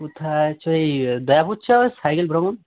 কোথায় হচ্ছে ওই দয়াপুর চ সাইকেল ভ্রমণ